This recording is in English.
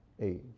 age